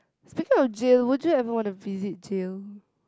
speaking of jail would you ever want to visit jail